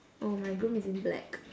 oh my groom is in black